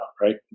right